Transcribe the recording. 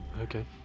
Okay